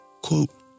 Quote